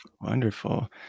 Wonderful